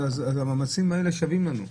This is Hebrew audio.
המאמצים האלה שווים לנו.